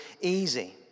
easy